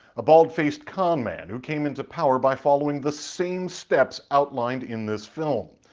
a baldfaced con man who came into power by following the same steps outlined in this film.